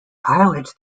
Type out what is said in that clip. pilots